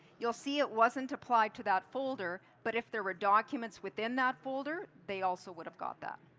you'll see it wasn't applied to that folder. but if there were documents within that folder, they also would have got that.